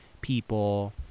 people